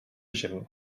gent